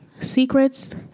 secrets